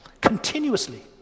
Continuously